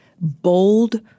bold